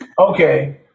Okay